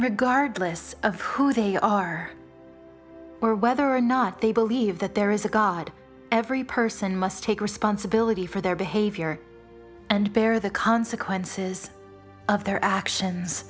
regardless of who they are or whether or not they believe that there is a god every person must take responsibility for their behavior and bear the consequences of their actions